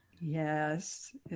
Yes